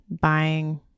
buying